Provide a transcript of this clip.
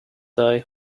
was